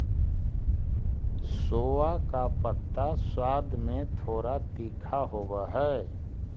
सोआ का पत्ता स्वाद में थोड़ा तीखा होवअ हई